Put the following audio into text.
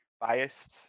biased